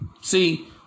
See